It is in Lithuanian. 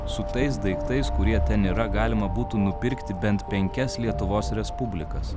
su tais daiktais kurie ten yra galima būtų nupirkti bent penkias lietuvos respublikas